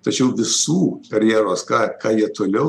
tačiau visų karjeros ką ką jie toliau